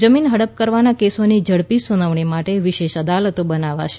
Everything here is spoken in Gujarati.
જમીન હડપ કરવાના કેસોની ઝડપી સુનાવણી માટે વિશેષ અદાલતો બનાવાશે